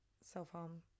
self-harm